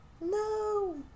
No